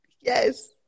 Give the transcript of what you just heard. Yes